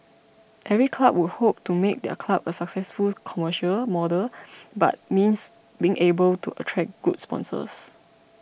every club would hope to make their club a successful commercial model but means being able to attract good sponsors